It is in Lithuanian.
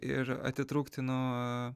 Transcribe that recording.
ir atitrūkti nuo